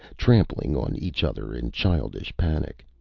trampling on each other in childish panic.